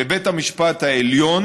ובית המשפט העליון,